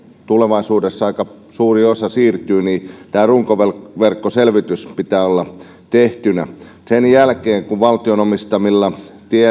tulevaisuudessa aika suuri osa siirtyy niin tämän runkoverkkoselvityksen pitää olla tehtynä sen jälkeen kun valtion omistamilla